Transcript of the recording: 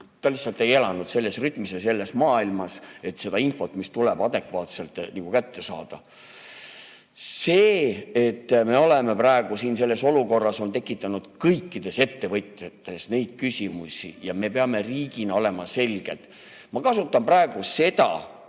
Ta lihtsalt ei elanud selles rütmis ja selles maailmas, et seda infot, mis tuleb, adekvaatselt kätte saada. See, et me oleme praegu selles olukorras, on tekitanud kõikides ettevõtjates küsimusi ja me peame riigina olema selged. Ma kasutan praegu seda